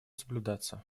соблюдаться